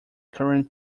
current